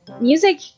music